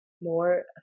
more